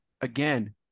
again